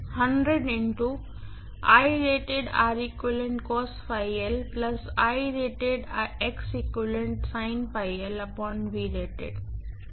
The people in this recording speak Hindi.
चाहता हूं तो मैं अभिव्यक्ति लिख सकता हूं